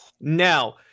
Now